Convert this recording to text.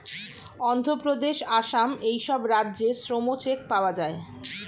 অন্ধ্রপ্রদেশ, আসাম এই সব রাজ্যে শ্রম চেক পাওয়া যায়